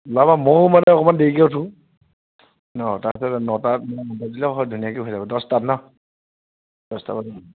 ওলাবা মইয়ো মানে অকণমান দেৰিকে উঠো অঁ তাৰ পিছতে নটাত ধুনীয়াকৈ হৈ যাব দহটাত ন দহটা